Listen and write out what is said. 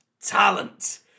talent